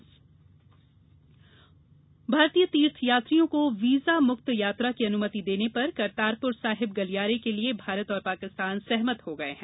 करतारपुर भारतीय तीर्थयात्रियों को वीजा मुक्त यात्रा की अनुमति देने पर करतारपुर साहिब गलियारे के लिए भारत और पाकिस्तान सहमत हो गये हैं